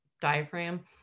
diaphragm